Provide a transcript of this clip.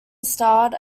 starred